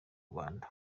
rwanda